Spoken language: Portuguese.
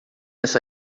essa